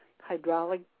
hydraulic